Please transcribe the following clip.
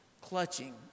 Clutching